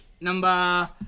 number